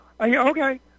Okay